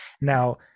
Now